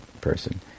person